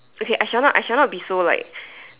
okay I shall not I shall not be so like